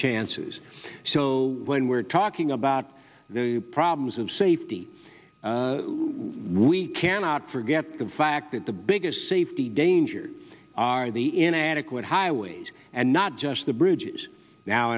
chances so when we're talking about the problems of safety we cannot forget the fact that the biggest safety dangers are the inadequate highways and not just the bridges now